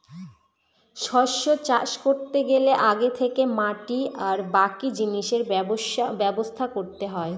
শস্য চাষ করতে গেলে আগে থেকে মাটি আর বাকি জিনিসের ব্যবস্থা করতে হয়